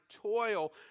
toil